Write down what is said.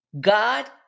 god